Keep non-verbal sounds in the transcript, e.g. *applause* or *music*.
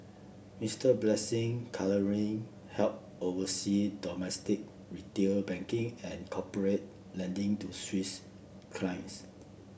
Mister Blessing *unintelligible* help oversee domestic retail banking and corporate lending to Swiss clients